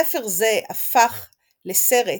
ספר זה הפך לסרט,